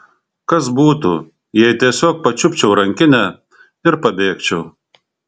kas būtų jei tiesiog pačiupčiau rankinę ir pabėgčiau